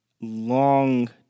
long